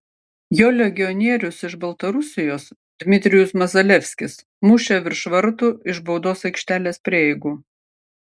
jo legionierius iš baltarusijos dmitrijus mazalevskis mušė virš vartų iš baudos aikštelės prieigų